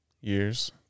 years